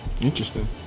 Interesting